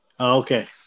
Okay